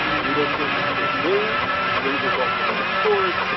do those things with trade winds winds result from runs scored?